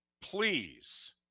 Please